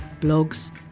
blogs